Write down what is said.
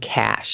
cash